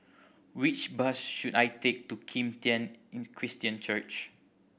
which bus should I take to Kim Tian Christian Church